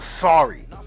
sorry